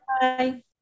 Bye